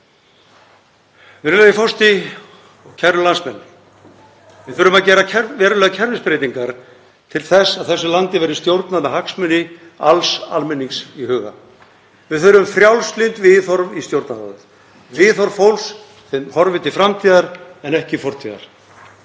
Virðulegur forseti. Kæru landsmenn. Við þurfum að gera verulegar kerfisbreytingar til þess að þessu landi verði stjórnað með hagsmuni alls almennings í huga. Við þurfum frjálslynd viðhorf í Stjórnarráðið, viðhorf fólks sem horfir til framtíðar en ekki fortíðar,